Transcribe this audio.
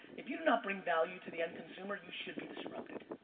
if you do not bring value to the end consumer, you should be disrupted.